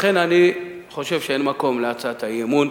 לכן אני חושב שאין מקום להצעת האי-אמון.